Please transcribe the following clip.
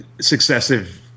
successive